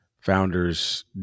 Founders